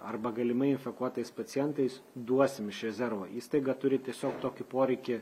arba galimai infekuotais pacientais duosim iš rezervo įstaiga turi tiesiog tokį poreikį